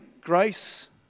grace